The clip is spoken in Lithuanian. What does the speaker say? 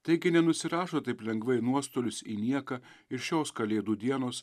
taigi nenusirašo taip lengvai į nuostolius į nieką ir šios kalėdų dienos